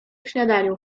śniadaniu